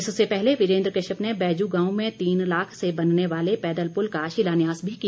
इससे पहले वीरेन्द्र कश्यप ने बैजू गांव में तीन लाख से बनने वाले पैदल पुल का शिलान्यास भी किया